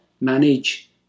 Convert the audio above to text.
manage